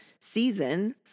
season